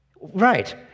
Right